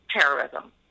terrorism